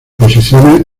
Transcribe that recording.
posiciones